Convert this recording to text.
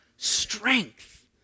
strength